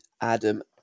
Adam